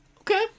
Okay